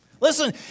Listen